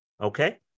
Okay